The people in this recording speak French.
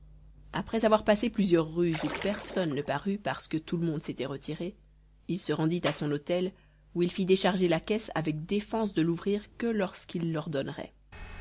après avoir passé plusieurs rues où personne ne parut parce que tout le monde s'était retiré il se rendit à son hôtel où il fit décharger la caisse avec défense de l'ouvrir que lorsqu'il